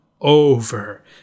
over